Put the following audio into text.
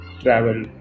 Travel